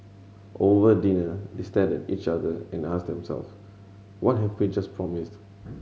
over dinner they stared at each other and asked themselves what have we just promised